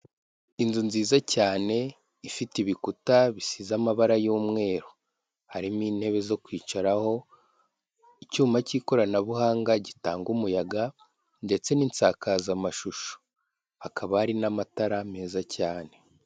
Inzu nziza cyane ifite ibikuta bisize amabara y'umweru, harimo intebe zo kwicaraho, icyuma cy'ikoranabuhanga gitanga umuyaga ndetse n'insakazamashusho, hakaba hari n'amatara meza cyane.